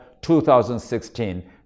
2016